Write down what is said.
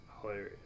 hilarious